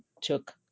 took